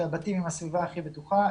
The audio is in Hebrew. שהבתים הם הסביבה הכי בטוחה,